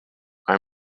are